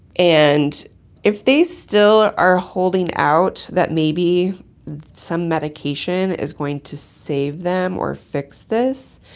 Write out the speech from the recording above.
and if they still are holding out that maybe some medication is going to save them or fix this,